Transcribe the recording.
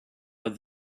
but